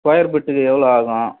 square பிட்டுக்கு எவ்வளோ ஆகும்